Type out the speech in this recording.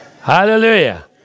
Hallelujah